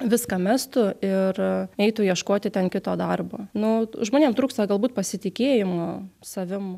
viską mestų ir eitų ieškoti ten kito darbo nu žmonėm trūksta galbūt pasitikėjimo savim